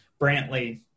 Brantley